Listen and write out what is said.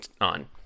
on